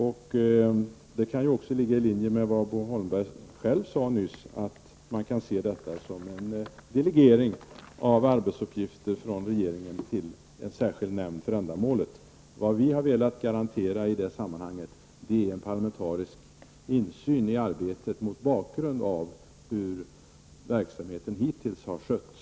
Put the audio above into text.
Detta kan också ligga i linje med vad Bo Holmberg själv talade om nyss, nämligen en delegering för detta ändamål av arbetsuppgifter från regeringen till en särskild nämnd. Vad vi har velat garantera i detta sammanhang är parlamentarisk insyn i arbetet mot bakgrund av hur verksamheten hittills har skötts.